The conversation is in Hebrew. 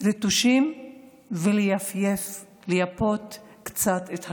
ריטושים ולייפייף, ליפות קצת את התמונה,